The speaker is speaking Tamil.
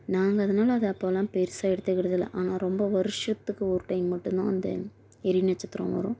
நாங்கள் அதனால அதை அப்போலாம் பெருசாக எடுத்துக்கறதில்லை ஆனால் ரொம்ப வருஷத்துக்கு ஒரு டைம் மட்டும்தான் வந்து எரி நட்சத்திரம் வரும்